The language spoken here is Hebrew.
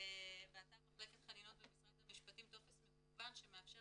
באתר מחלקת חנינות במשרד המשפטים טופס מקוון שמאפשר